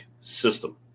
system